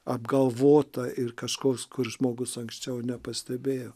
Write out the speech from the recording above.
apgalvota ir kažkoks kur žmogus anksčiau nepastebėjo